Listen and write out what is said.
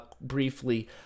briefly